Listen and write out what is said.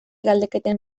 galdeketen